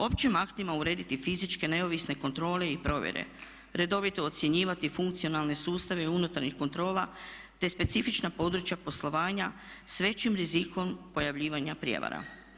Općim aktima urediti fizičke neovisne kontrole i provjere, redovito ocjenjivati funkcionalne sustave unutarnjih kontrola te specifična područja poslovanja s većim rizikom pojavljivanja prijevara.